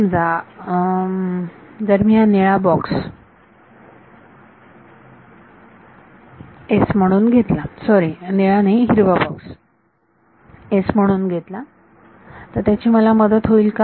समजा जर मी हा निळा बॉक्स च S म्हणून घेतला सॉरी निळा नाही हिरवा बॉक्स S म्हणून घेतला तर त्याची मला मदत होईल का